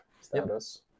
status